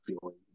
feeling